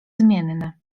zmienne